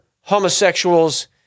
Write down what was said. homosexuals